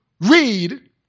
read